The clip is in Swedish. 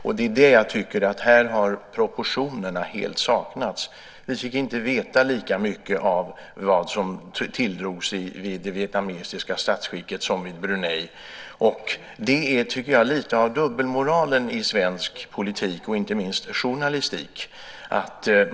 Jag tycker att det helt har saknats proportioner här. Vi fick inte veta lika mycket om vad som tilldrog sig vid det vietnamesiska statsbesöket som vid det i Brunei. Jag tycker att det visar på lite av dubbelmoralen i svensk politik och, inte minst, journalistik.